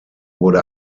wurde